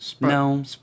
No